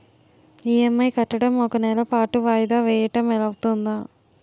EMI కట్టడం ఒక నెల పాటు వాయిదా వేయటం అవ్తుందా?